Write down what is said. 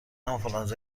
آنفولانزا